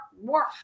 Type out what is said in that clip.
work